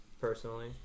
personally